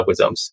algorithms